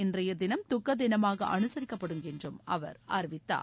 இன்றைய தினம் துக்க தினமாக அனுசரிக்கப்படும் என்றும் அவர் அறிவித்தார்